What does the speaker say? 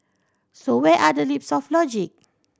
so where are the leaps of logic